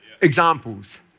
examples